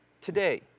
today